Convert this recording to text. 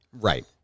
Right